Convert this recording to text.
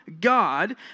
God